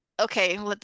okay